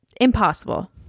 Impossible